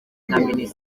kandi